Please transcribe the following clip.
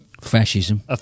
fascism